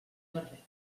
barret